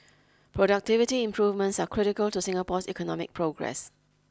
productivity improvements are critical to Singapore's economic progress